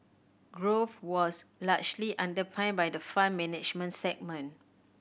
growth was largely underpinned by the Fund Management segment